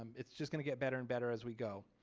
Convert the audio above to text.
um it's just going to get better and better as we go.